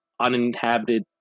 uninhabited